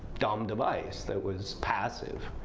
dumb device that was passive.